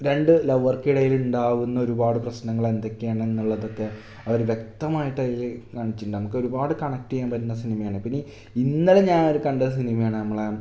രണ്ട് ലൗവർക്കിടയിലുണ്ടാകുന്നൊരുപാട് പ്രശ്നങ്ങളെന്തൊക്കെയാണെന്നുള്ളതൊക്കെ അവർ വ്യക്തമായിട്ടതിൽ കാണിച്ചിട്ടുണ്ട് നമ്മക്കൊരുപാട് കണക്റ്റ് ചെയ്യാൻ പറ്റുന്നൊരു സിനിമയാണ് പിന്നെ ഇന്നലെ ഞാനൊരു കണ്ട സിനിമയാണ് നമ്മളുടെ